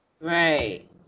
Right